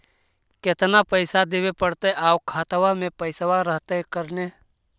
केतना पैसा देबे पड़तै आउ खातबा में पैसबा रहतै करने?